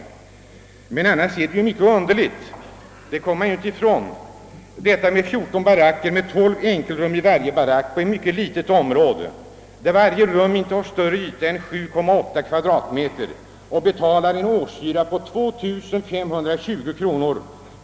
Men man kommer inte ifrån, att det är mycket underligt med en årshyra på 2 520 kronor per man när det på ett mycket litet område finns 14 baracker med 12 enkelrum i varje barack och varje rum inte har större yta än 7,8 m2.